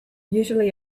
usually